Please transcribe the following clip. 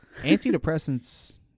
antidepressants